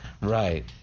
Right